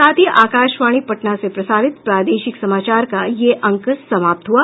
इसके साथ ही आकाशवाणी पटना से प्रसारित प्रादेशिक समाचार का ये अंक समाप्त हुआ